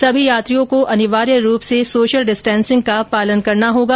सभी यात्रियों को अनिवार्य रूप से सोशल डिस्टेंसिंग का पालना करना होगा